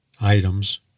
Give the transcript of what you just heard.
items